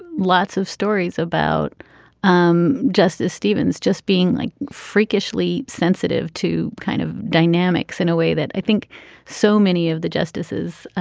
lots of stories about um justice stevens just being like freakishly sensitive to kind of dynamics in a way that i think so many of the justices